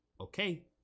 okay